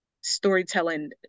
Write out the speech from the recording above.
storytelling